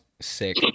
sick